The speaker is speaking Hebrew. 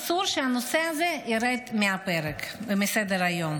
אסור שהנושא הזה ירד מהפרק ומסדר-היום.